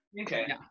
Okay